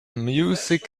music